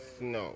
no